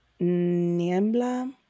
Niembla